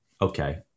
Okay